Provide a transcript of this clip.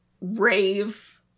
rave